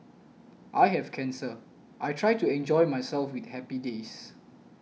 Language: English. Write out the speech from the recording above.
I have cancer I try to enjoy myself with happy days